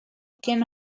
can